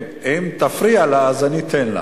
אם תפריע לה, אתן לה.